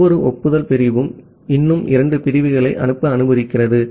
ஒவ்வொரு ஒப்புதல் பிரிவும் இன்னும் இரண்டு பிரிவுகளை அனுப்ப அனுமதிக்கிறது